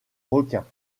requin